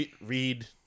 read